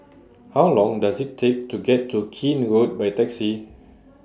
How Long Does IT Take to get to Keene Road By Taxi